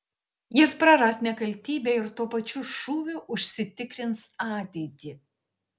jis praras nekaltybę ir tuo pačiu šūviu užsitikrins ateitį